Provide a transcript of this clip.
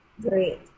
great